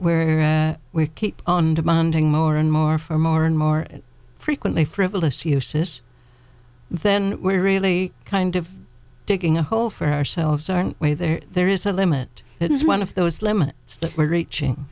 where we keep on demanding more and more for more and more frequently frivolous uses then we're really kind of digging a hole for ourselves our way there there is a limit that is one of those limit states where reaching